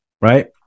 Right